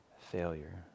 failure